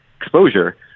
exposure